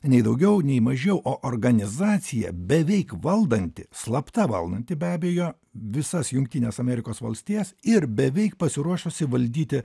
nei daugiau nei mažiau o organizacija beveik valdanti slapta valdanti be abejo visas jungtines amerikos valstijas ir beveik pasiruošusi valdyti